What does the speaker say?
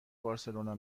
بارسلونا